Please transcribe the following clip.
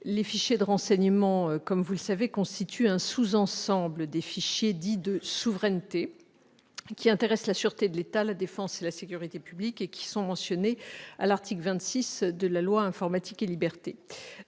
les fichiers de renseignement constituent un sous-ensemble des fichiers dits « de souveraineté », qui intéressent la sûreté de l'État, la défense et la sécurité publique, et qui sont mentionnés à l'article 26 de la loi Informatique et libertés.